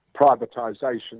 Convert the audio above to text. privatization